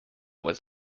was